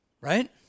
right